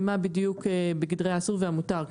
ומה בדיוק בגדרי האסור והמותר.